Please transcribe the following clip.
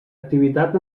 activitat